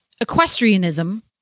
equestrianism